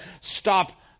stop